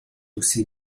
aussi